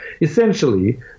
essentially